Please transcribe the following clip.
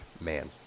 man